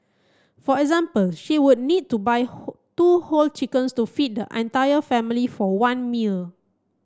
for example she would need to buy whole two whole chickens to feed the entire family for one meal